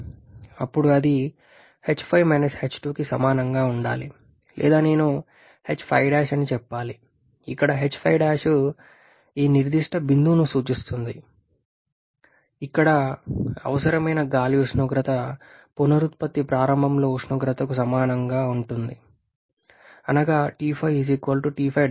అప్పుడు అది h5 h2కి సమానంగా ఉండాలి లేదా నేను h5 అని చెప్పాలి ఇక్కడ h5 ఈ నిర్దిష్ట బిందువును సూచిస్తుంది ఇక్కడ అవసరమైన గాలి ఉష్ణోగ్రత పునరుత్పత్తి ప్రారంభంలో ఉష్ణోగ్రతకు సమానం అవుతుంది అనగా T5 T5కి సమానం